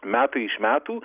metai iš metų